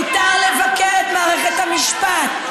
מותר לבקר את מערכת המשפט,